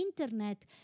internet